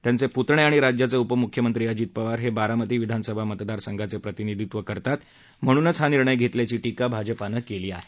त्यांचे पुतणे आणि राज्याचे उपमुख्यमंत्री अजित पवार हे बारामती विधानसभा मतदार संघाचे प्रतिनिधित्व करतात म्हणूनच हा निर्णय घेतला असल्याची टीका भाजपनं केली आहे